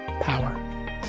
power